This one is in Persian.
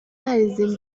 نریزیم